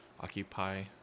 occupy